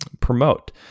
Promote